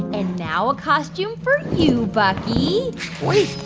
and now a costume for you, bucky wait.